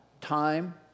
time